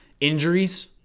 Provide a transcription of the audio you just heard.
Injuries